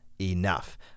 enough